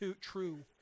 true